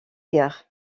guerre